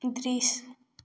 दृश्य